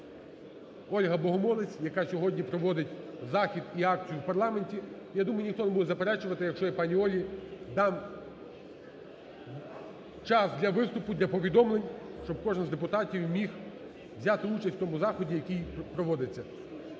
Ольга Богомолець, яка сьогодні проводить захід і акцію в парламенті. Я думаю, ніхто не буде заперечувати, якщо я пані Олі дам час для виступу для повідомлень, щоб кожен з депутатів міг взяти участь у тому заході, який проводиться.